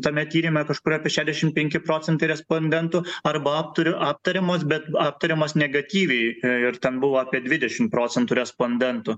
tame tyrime kažkur apie šediašim penki procentai respondentų arba apturiu aptariamos bet aptariamos negatyviai ir ten buvo apie dvidešim procentų respondentų